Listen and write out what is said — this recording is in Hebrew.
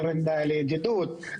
הקרן לידידות,